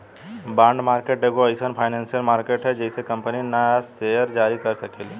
bond market एगो एईसन financial market ह जेइसे कंपनी न्या सेयर जारी कर सकेली